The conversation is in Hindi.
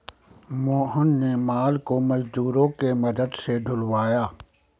मोहन ने माल को मजदूरों के मदद से ढूलवाया